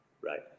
Right